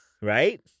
right